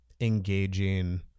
engaging